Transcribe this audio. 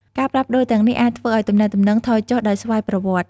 ការផ្លាស់ប្តូរទាំងនេះអាចធ្វើឱ្យទំនាក់ទំនងថយចុះដោយស្វ័យប្រវត្តិ។